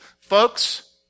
Folks